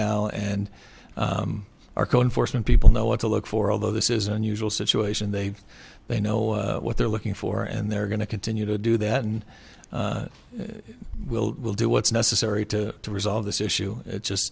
now and are calling for some people know what to look for although this is an unusual situation they they know what they're looking for and they're going to continue to do that and will will do what's necessary to resolve this issue it's just